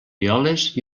violes